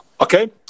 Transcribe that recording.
Okay